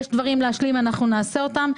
יש דברים להשלים ואנחנו נעשה אותם.